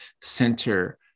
center